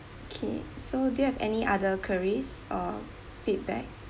okay so do you have any other queries or feedback